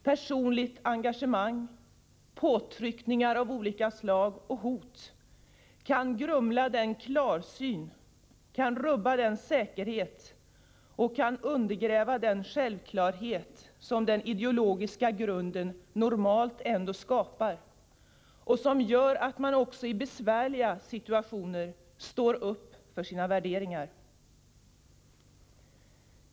Personligt engagemang, påtryckningar av olika slag och hot kan grumla den klarsyn, kan rubba den säkerhet och kan undergräva den självklarhet som den ideologiska grunden normalt ändå skapar och som gör att man också i besvärliga situationer står upp för sina värderingar.